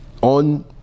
on